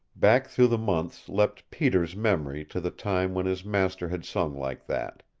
back through the months leapt peter's memory to the time when his master had sung like that.